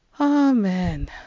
Amen